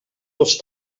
tots